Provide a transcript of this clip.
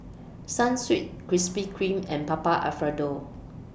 Sunsweet Krispy Kreme and Papa Alfredo